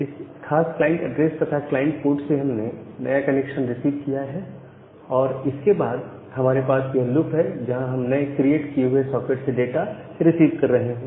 इस खास client address तथा क्लाइंट पोर्ट से हमने नया कनेक्शन रिसीव किया है और इसके बाद हमारे पास यह लूप है जहां हम नए क्रिएट हुए सॉकेट से डाटा रिसीव कर रहे हैं